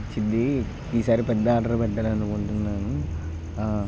వచ్చిద్దీ ఈ సారి పెద్ద ఆర్డర్ పెట్టాలనుకుంటుంన్నాను